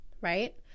right